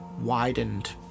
widened